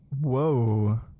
Whoa